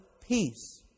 peace